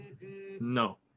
No